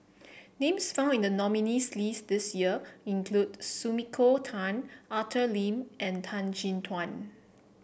names found in the nominees' list this year include Sumiko Tan Arthur Lim and Tan Chin Tuan